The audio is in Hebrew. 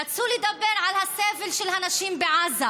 רצו לדבר על הסבל של הנשים בעזה,